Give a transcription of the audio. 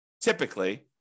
typically